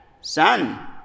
son